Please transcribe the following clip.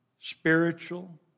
spiritual